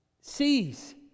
sees